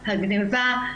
הגניבה,